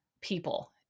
people